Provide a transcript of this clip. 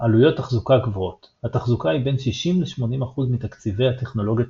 עלויות תחזוקה גבוהות התחזוקה היא בין 60% ל 80% מתקציבי טכנולוגיית